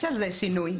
יש שינוי.